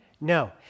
No